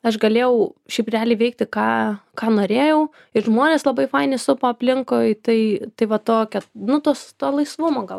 aš galėjau šį būrelį veikti ką ką norėjau ir žmonės labai faini supo aplinkui tai tai va tokia nu tos to laisvumo gal